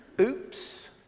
oops